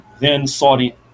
then-Saudi